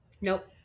nope